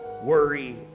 worry